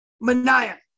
Mania